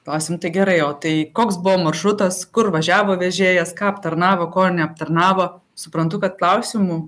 klausiam tai gerai o tai koks buvo maršrutas kur važiavo vežėjas ką aptarnavo ko neaptarnavo suprantu kad klausimų